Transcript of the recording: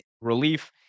relief